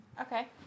Okay